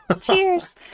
Cheers